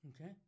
Okay